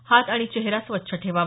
हात आणि चेहरा स्वच्छ ठेवावा